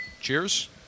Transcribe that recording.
cheers